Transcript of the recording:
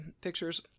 pictures